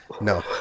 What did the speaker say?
No